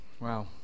Wow